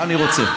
אני רוצה.